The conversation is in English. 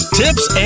tips